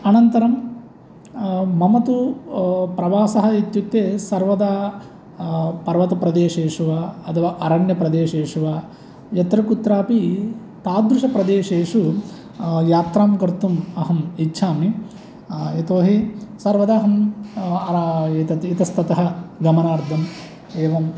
अनन्तरं मम तु प्रवासः इत्युक्ते सर्वदा पर्वतप्रदेशेषु वा अथवा अरण्यप्रदेसेषु वा यत्र कुत्रापि तादृशप्रदेशेषु यात्रां कर्तुम् अहम् इच्छामि यतोहि सर्वदा अहम् इतस्तः गमनार्थम् एवं